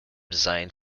designed